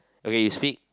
okay you speak